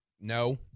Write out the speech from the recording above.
No